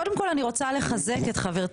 קודם כל אני רוצה לחזק את חברתי,